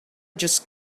just